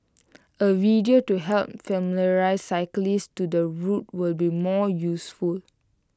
A video to help familiarise cyclists to the route will be more useful